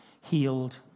healed